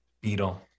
beetle